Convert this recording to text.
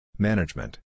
Management